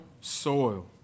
soil